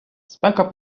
спека